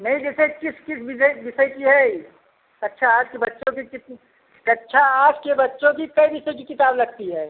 नहीं जैसे किस किस विजय विषय की है कक्षा आठ के बच्चों की कितनी कक्षा आठ के बच्चों की कै विषय की किताब लगती है